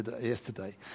yesterday